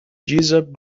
jessup